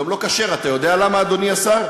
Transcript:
אדוני השר,